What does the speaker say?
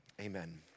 Amen